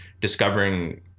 discovering